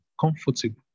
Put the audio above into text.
comfortable